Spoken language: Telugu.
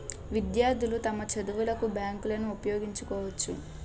విద్యార్థులు తమ చదువులకు బ్యాంకులను ఉపయోగించుకోవచ్చు